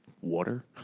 water